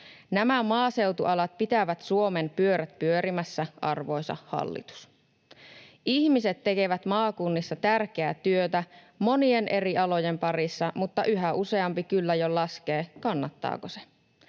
Nämä maaseutualat pitävät Suomen pyörät pyörimässä, arvoisa hallitus. Ihmiset tekevät maakunnissa tärkeää työtä monien eri alojen parissa, mutta yhä useampi kyllä jo laskee, kannattaako se.